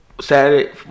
Saturday